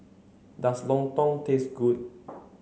does Lontong taste good